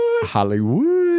Hollywood